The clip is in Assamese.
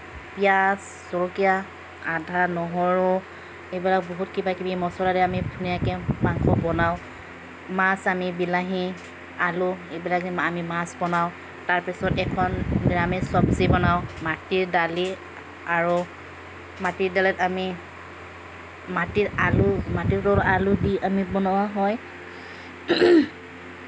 পিয়াজ জলকীয়া আদা নহৰু এইবিলাক বহুত কিবা কিবি মছলা দি আমি ধুনীয়াকে মাংস বনাওঁ মাছ আমি বিলাহী আলু এইবিলাকে আমি মাছ বনাওঁ তাৰপিছত এখন নিৰামিষ চব্জি বনাওঁ মাটিৰ দালি আৰু মাটিৰ দালিত আমি মাটিৰ আলু মাটিটোত আলু দি আমি বনোৱা হয়